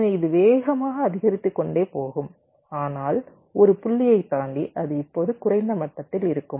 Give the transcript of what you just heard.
எனவே இது வேகமாக அதிகரித்துக்கொண்டே போகும் ஆனால் 1 புள்ளியைத் தாண்டி அது இப்போது குறைந்த மட்டத்தில் இருக்கும்